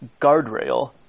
guardrail